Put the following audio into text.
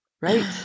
Right